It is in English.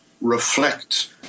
reflect